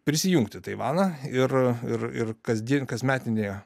prisijungti taivaną ir ir ir kasdien kasmetinėje